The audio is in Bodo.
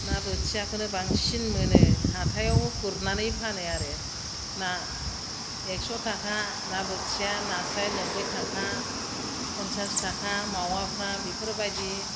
ना बोथियाखौनो बांसिन मोनो हाथाइआव गुरनानै फानो आरो ना एकस' थाखा ना बोथिया नास्राया नोब्बै थाखा पन्सास थाखा मावाफ्रा बेफोरबायदि